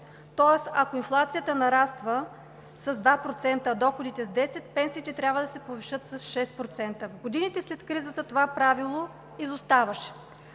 Тоест, ако инфлацията нараства с 2%, а доходите с 10, пенсиите трябва да се повишат с 6%. В годините след кризата това правило изоставаше,